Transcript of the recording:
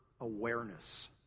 awareness